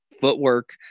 footwork